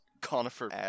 conifer